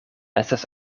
estas